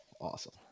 Awesome